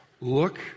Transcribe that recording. Look